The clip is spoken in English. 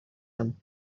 him